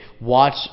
watch